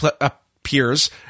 appears